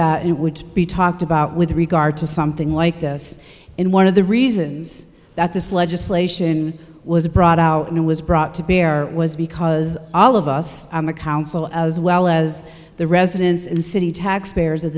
at it would be talked about with regard to something like this in one of the reasons that this legislation was brought out and was brought to bear was because all of us on the council as well as the residents and city taxpayers of